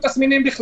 שבו